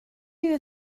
you